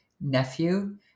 nephew